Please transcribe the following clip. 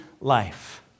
life